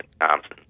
Thompson